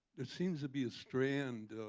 there seems to be a strand